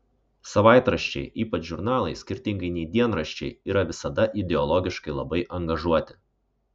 savaitraščiai ypač žurnalai skirtingai nei dienraščiai yra visada ideologiškai labai angažuoti